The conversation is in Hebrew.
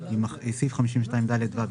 (מיסוי הכנסות צבורות).